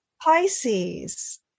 pisces